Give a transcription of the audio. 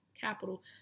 capital